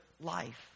life